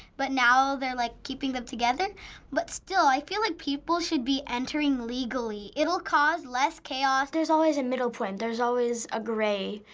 but now they're like keeping them together but still i feel like people should be entering legally. it'll cause less chaos. there's always a middle plane. there's always a gray.